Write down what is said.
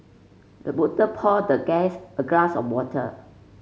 the butler poured the guest a glass of water